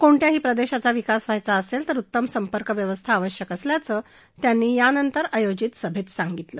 कोणत्याही प्रदेशाचा विकास व्हायचा असेल तर उत्तम संपर्क व्यवस्था आवश्यक असल्याचं त्यांनी भूमिपूजन समारंभानंतर आयोजित सभेत सांगितलं